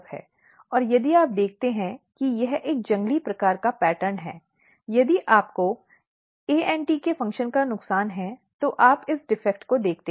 और यदि आप देखते हैं कि यह एक जंगली प्रकार का पैटर्न है यदि आपको ANT के फंक्शन का नुकसान है तो आप इस डिफेक्ट को देखते हैं